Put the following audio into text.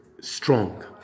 strong